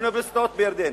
באוניברסיטאות בירדן?